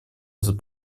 этот